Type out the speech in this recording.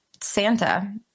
Santa